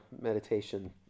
meditation